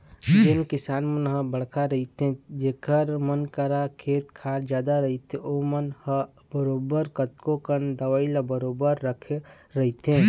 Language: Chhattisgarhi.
जेन किसान मन ह बड़का रहिथे जेखर मन करा खेत खार जादा रहिथे ओमन ह बरोबर कतको कन दवई ल बरोबर रखे रहिथे